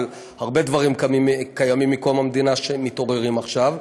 אבל הרבה דברים שקיימים מקום המדינה מתעוררים עכשיו.